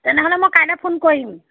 তেনেহ'লে মই কাইলৈ ফোন কৰিম